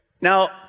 Now